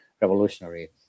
revolutionary